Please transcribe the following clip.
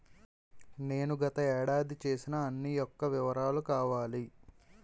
నేను గత ఏడాది చేసిన అన్ని యెక్క వివరాలు కావాలి?